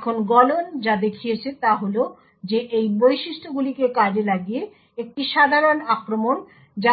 এখন গলন যা দেখিয়েছে তা হল যে সেই বৈশিষ্ট্যগুলিকে কাজে লাগিয়ে একটি সাধারণ আক্রমণ যা